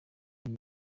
yawe